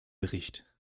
bericht